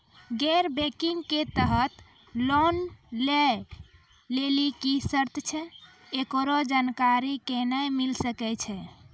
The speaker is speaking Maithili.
गैर बैंकिंग के तहत लोन लए लेली की सर्त छै, एकरो जानकारी केना मिले सकय छै?